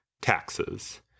taxes